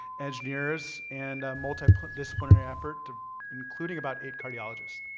engineers and multidisciplinary effort including about eight cardiologists.